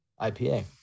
IPA